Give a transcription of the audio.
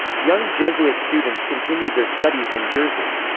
young jesuit students continued their studies in jersey.